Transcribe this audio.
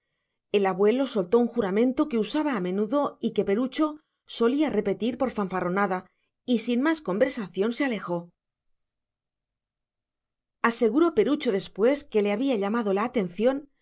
el abuelo soltó un juramento que usaba a menudo y que perucho solía repetir por fanfarronada y sin más conversación se alejó aseguró perucho después que le había llamado la atención